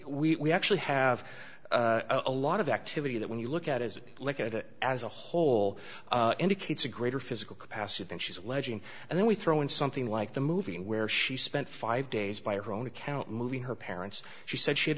we actually have a lot of the activity that when you look at is look at it as a whole indicates a greater physical capacity than she's alleging and then we throw in something like the movie where she spent five days by her own account moving her parents she said she had